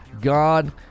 God